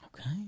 Okay